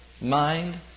mind